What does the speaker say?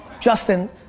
Justin